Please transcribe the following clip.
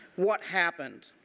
what happened?